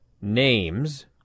names